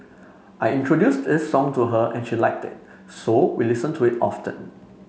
I introduced this song to her and she liked it so we listen to it often